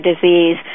disease